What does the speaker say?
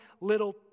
little